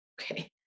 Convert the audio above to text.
okay